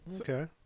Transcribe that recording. Okay